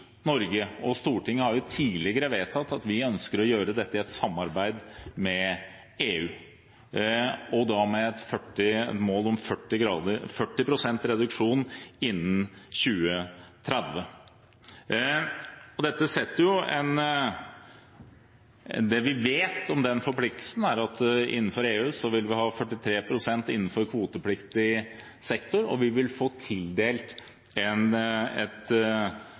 et samarbeid med EU, og da med et mål om 40 pst. utslippsreduksjon innen 2030. Det vi vet om den forpliktelsen, er at EU vil at innenfor EU skal utslippene reduseres med 43 pst. innenfor kvotepliktig sektor, og vi vil få tildelt en